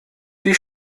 die